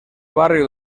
barrio